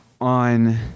on